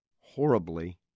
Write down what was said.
horribly